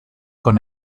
con